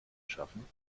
schaffen